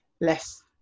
less